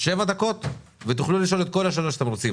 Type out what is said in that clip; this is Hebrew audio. שבע דקות ותוכלו לשאול את כל השאלות שאתם רוצים.